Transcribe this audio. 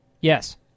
Yes